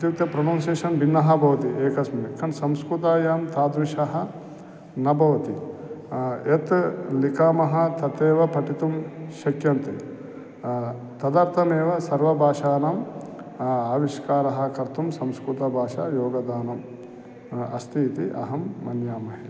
इत्युक्ते प्रनौन्सेशन् भिन्नः भवति एकस्मिन् कः संस्कृते तादृशः न भवति यत् लिखामः तदेव पठितुं शक्यन्ते तदर्थमेव सर्वभाषाणाम् आविष्कारः कर्तुं संस्कृतभाषा योगदानम् अस्ति इति अहं मन्यामहे